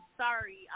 sorry